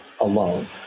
alone